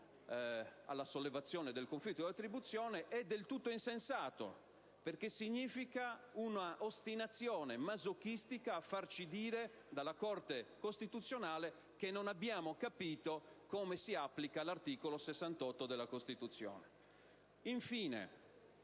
alla sollevazione del conflitto di attribuzione, è del tutto insensato, perché rappresenterebbe un'ostinazione masochistica nel farci dire dalla Corte costituzionale che non abbiamo capito come si applica l'articolo 68 della Costituzione.